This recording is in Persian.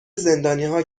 زندانیها